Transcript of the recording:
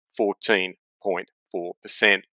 14.4%